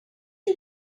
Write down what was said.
you